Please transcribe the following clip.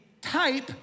type